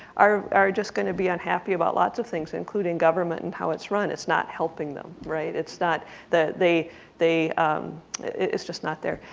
are are just going to be unhappy about lots of things including government and how its run it's not helping them, right? it's not that they they it's just not there.